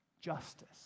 justice